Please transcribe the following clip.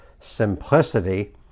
simplicity